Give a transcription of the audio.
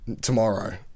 tomorrow